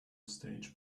stage